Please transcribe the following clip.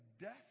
death